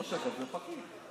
ראש אגף זה פקיד.